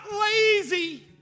lazy